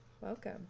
Welcome